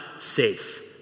safe